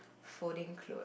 folding clothe